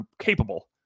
capable